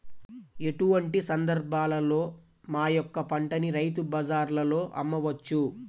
ఎటువంటి సందర్బాలలో మా యొక్క పంటని రైతు బజార్లలో అమ్మవచ్చు?